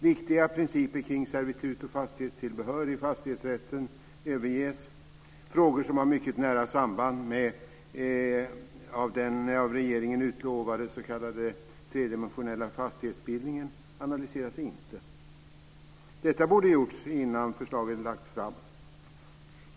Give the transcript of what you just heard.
Viktiga principer kring servitut och fastighetstillbehör i fastighetsrätten överges. Frågor som har mycket nära samband med den av regeringen utlovade s.k. tredimensionella fastighetsbildningen analyseras inte. Detta borde ha gjorts innan förslaget lades fram.